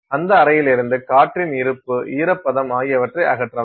அந்த அறையிலிருந்து காற்றின் இருப்பு ஈரப்பதம் ஆகியவற்றை அகற்றலாம்